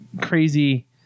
crazy